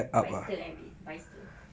bicester kan bicester